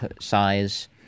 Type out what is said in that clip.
size